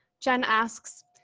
jen asks,